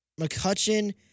McCutcheon